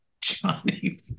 Johnny